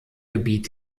gebiet